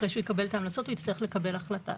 אחרי שהוא יקבל את ההמלצות הוא יצטרך לקבל החלטה.